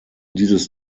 dieses